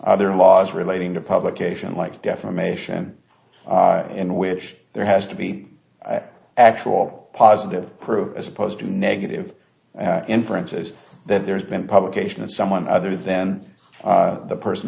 other laws relating to publication like defamation in which there has to be actual positive proof as opposed to negative inferences that there's been publication of someone other than the person